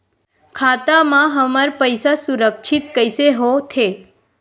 खाता मा हमर पईसा सुरक्षित कइसे हो थे?